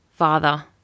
father